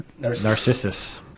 Narcissus